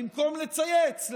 במקום לצייץ,